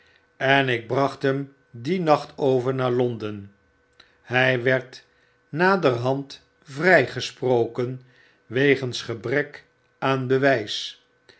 en ik bracht hem dien nacht over naar londen hy werdnaderhandvrygesproken wegens gebrek aan bewys